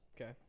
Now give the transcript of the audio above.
Okay